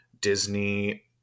Disney